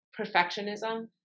perfectionism